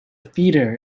feeder